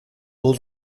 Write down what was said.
был